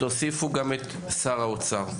תוסיפו גם את שר האוצר.